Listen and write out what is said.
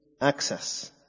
access